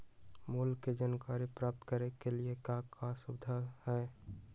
मूल्य के जानकारी प्राप्त करने के लिए क्या क्या सुविधाएं है?